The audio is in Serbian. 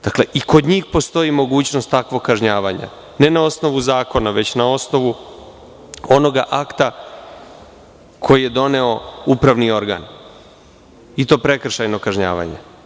Dakle, i kod njih postoji mogućnost takvog kažnjavanja, ne na osnovu zakona, već na osnovu onog akta koji je doneo upravni organ, i to prekršajnog kažnjavanja.